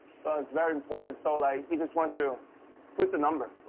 so, it's very important. so, like, we just want to put the number,